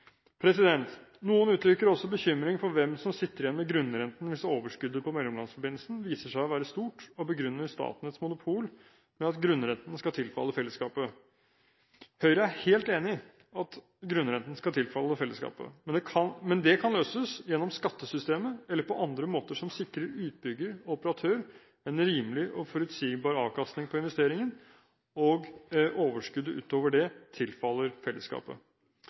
Noen uttrykker også bekymring for hvem som sitter igjen med grunnrenten hvis overskuddet på mellomlandsforbindelsen viser seg å være stort og begrunner Statnetts monopol med at grunnrenten skal tilfalle fellesskapet. Høyre er helt enig i at grunnrenten skal tilfalle fellesskapet, men det kan løses gjennom skattesystemet eller på andre måter som sikrer utbygger og operatør en rimelig og forutsigbar avkastning på investeringen, og at overskuddet utover det tilfaller fellesskapet.